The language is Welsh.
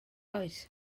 oes